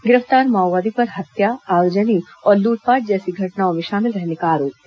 गिरफ्तार माओवादी पर हत्या आगजनी और लूटपाट जैसे घटनाओं में शामिल रहने का आरोप है